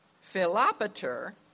Philopater